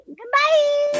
Goodbye